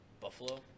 Buffalo